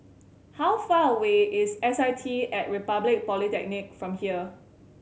how far away is S I T At Republic Polytechnic from here